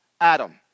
Adam